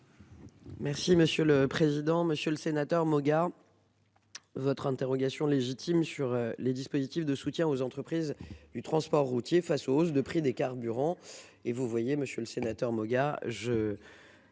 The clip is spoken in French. Merci monsieur le président, Monsieur le Sénateur, Maugars. Votre interrogation légitime sur les dispositifs de soutien aux entreprises du transport routier face hausses de prix des carburants